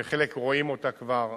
שחלק רואים אותה כבר,